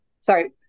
sorry